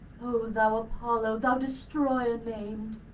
o thou apollo, thou destroyer named!